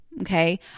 Okay